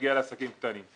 מגיע לעסקים קטנים,